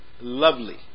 Lovely